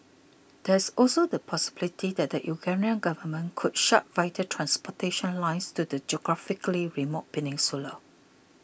there is also the possibility that the Ukrainian government could shut vital transportation lines to the geographically remote peninsula